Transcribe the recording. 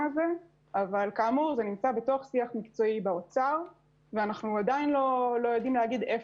הזה אבל כאמור זה נמצא בשיח מקצועי באוצר ואנחנו עדיין לא יודעים לומר.